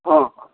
हँ हँ